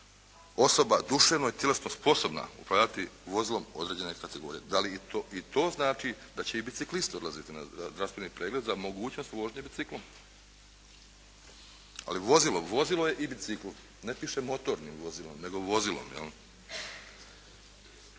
osoba duševno i tjelesno sposobna upravljati vozilom određene kategorije. Da li i to znači da će i biciklisti odlaziti na zdravstveni pregled za mogućnost vožnje biciklom? Ali vozilo, vozilo je i bicikl. Ne piše motornim vozilom, nego vozilom